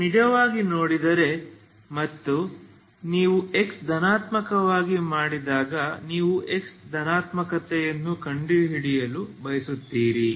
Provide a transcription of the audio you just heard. ನೀವು ನಿಜವಾಗಿ ನೋಡಿದರೆ ಮತ್ತು ನೀವು x ಧನಾತ್ಮಕವಾಗಿ ಮಾಡಿದಾಗ ನೀವು x ಧನಾತ್ಮಕತೆಯನ್ನು ಕಂಡುಹಿಡಿಯಲು ಬಯಸುತ್ತೀರಿ